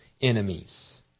enemies